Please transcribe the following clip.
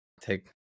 take